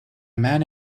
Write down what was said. man